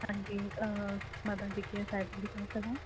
हांजी मां तव्हांजी कीअं सहायता थी करे सघां